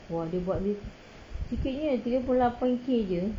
oh dia buat ni sikitnya tiga puluh lapan jer